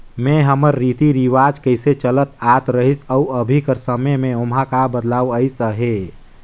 में हमर रीति रिवाज कइसे चलत आत रहिस अउ अभीं कर समे में ओम्हां का बदलाव अइस अहे